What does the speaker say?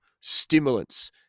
stimulants